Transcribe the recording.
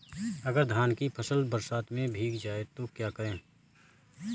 अगर धान की फसल बरसात में भीग जाए तो क्या करें?